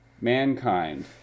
Mankind